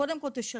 קודם כל תשלמו.